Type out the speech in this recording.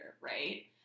right